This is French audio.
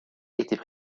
étaient